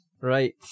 Right